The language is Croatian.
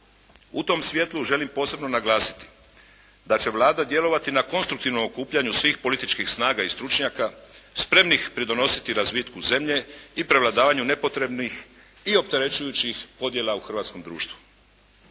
U tom svijetlu želim posebno naglasiti da će Vlada djelovati na konstruktivnom okupljanju svih političkih snaga i stručnjaka spremnih pridonositi razvitku zemlje i prevladavanju nepotrebnih i opterećujućih podjela u hrvatskom društvu.